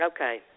Okay